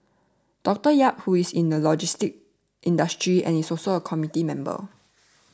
Doctor Yap who is in the logistics industry and is also a committee member